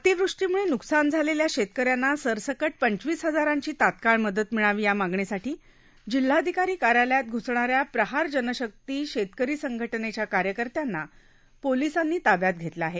अतिवृष्टीमुळे न्कसान झालेल्या शेतकऱ्यांना सरसकट पंचवीस हजारांची तात्काळ मदत मिळावी या मागणीसाठी जिल्हाधिकारी कार्यालयात घ्सणाऱ्या प्रहार जनशक्ती शेतकरी संघटनेच्या कार्यकर्त्यांना पोलिसांनी ताब्यात घेतलं आहे